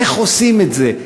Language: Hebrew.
איך עושים את זה?